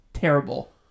Terrible